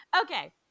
Okay